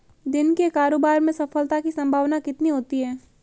दिन के कारोबार में सफलता की संभावना कितनी होती है?